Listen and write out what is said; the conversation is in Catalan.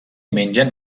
mengen